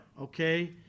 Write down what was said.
okay